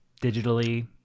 Digitally